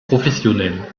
professionnels